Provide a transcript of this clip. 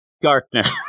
darkness